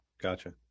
Gotcha